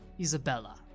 Isabella